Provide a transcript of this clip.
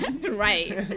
Right